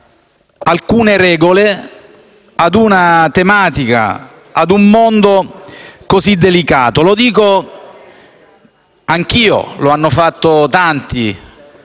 alcune regole ad una tematica e ad un mondo così delicato. Lo dico anch'io, come hanno fatto tanti,